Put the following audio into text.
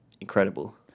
incredible